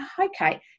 okay